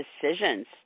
decisions